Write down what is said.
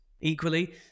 Equally